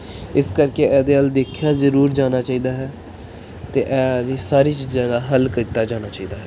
ਇਸ ਕਰਕੇ ਇਹਦੇ ਵੱਲ ਦੇਖਿਆ ਜ਼ਰੂਰ ਜਾਣਾ ਚਾਹੀਦਾ ਹੈ ਅਤੇ ਇਹਦੀ ਸਾਰੀ ਚੀਜ਼ਾਂ ਦਾ ਹੱਲ ਕੀਤਾ ਜਾਣਾ ਚਾਹੀਦਾ ਹੈ